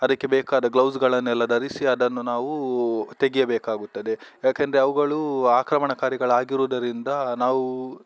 ಅದಕ್ಕೆ ಬೇಕಾದ ಗ್ಲೌಸ್ಗಳನ್ನೆಲ್ಲ ಧರಿಸಿ ಅದನ್ನು ನಾವು ತೆಗೆಯಬೇಕಾಗುತ್ತದೆ ಯಾಕೆಂದರೆ ಅವುಗಳು ಆಕ್ರಮಣಕಾರಿಗಳಾಗಿರುವುದರಿಂದ ನಾವು